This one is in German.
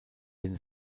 den